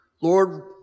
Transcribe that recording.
Lord